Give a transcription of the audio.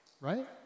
Right